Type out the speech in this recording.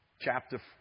Chapter